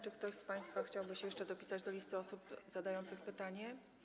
Czy ktoś z państwa chciałby się jeszcze dopisać do listy osób zadających pytania?